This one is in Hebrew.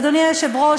אדוני היושב-ראש,